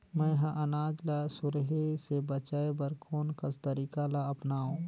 मैं ह अनाज ला सुरही से बचाये बर कोन कस तरीका ला अपनाव?